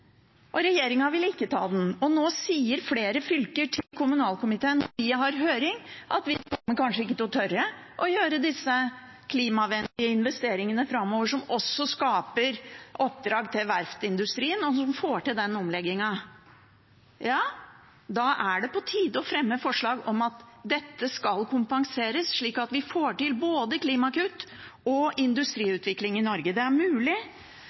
og regjeringen vil ikke ta den. Nå sier flere fylker til kommunalkomiteen når vi har høring, at de kommer kanskje ikke til å tørre å gjøre disse klimavennlige investeringene framover, som også skaper oppdrag til verftsindustrien, og som får til den omleggingen. Da er det på tide å fremme forslag om at dette skal kompenseres, slik at vi får til både klimakutt og industriutvikling i Norge. Det er mulig,